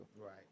Right